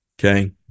okay